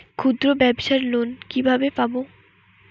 ক্ষুদ্রব্যাবসার লোন কিভাবে পাব?